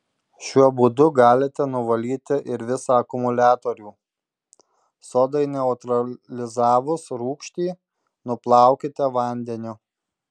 šiuo būdu galite nuvalyti ir visą akumuliatorių sodai neutralizavus rūgštį nuplaukite vandeniu